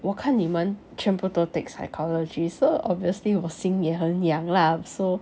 我看你们全部都 take psychology so obviously 我心也很痒 lah so